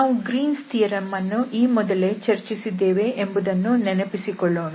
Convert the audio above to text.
ನಾವು Green's theorem Green's theorem ಅನ್ನು ಈ ಮೊದಲೇ ಚರ್ಚಿಸಿದ್ದೇವೆ ಎಂಬುದನ್ನು ನೆನಪಿಸಿಕೊಳ್ಳೋಣ